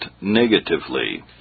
negatively